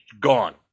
gone